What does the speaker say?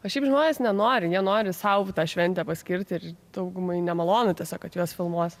o šiaip žmonės nenori jie nori sau tą šventę paskirti ir daugumai nemalonu tiesiog kad juos filmuos